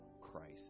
Christ